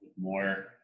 more